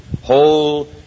whole